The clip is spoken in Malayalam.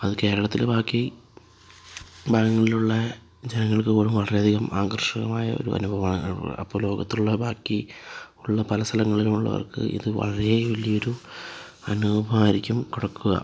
അത് കേരളത്തില് ബാക്കി ഭാഗങ്ങളിലുള്ള ജനങ്ങൾക്ക് പോലും വളരെയധികം ആകർഷകമായ ഒരു അനുഭവമാണ് അപ്പോള് ലോകത്തിലുള്ള ബാക്കി ഉള്ള പല സ്ഥലങ്ങളിലുമുള്ളവർക്ക് ഇത് വളരെ വലിയൊരു അനുഭവമായിരിക്കും കൊടുക്കുക